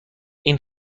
این